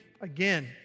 again